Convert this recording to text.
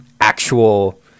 actual